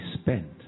spent